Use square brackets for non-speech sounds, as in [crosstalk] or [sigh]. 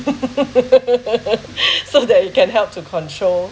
[laughs] so that it can help to control